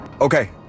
Okay